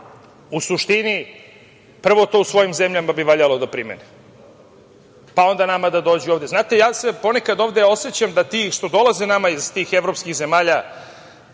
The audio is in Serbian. u suštini to u svojim zemljama bi valjalo da primene, pa onda nama da dođu ovde. Znate ponekad osećam da ti što dolaze nama iz tih evropskih zemalja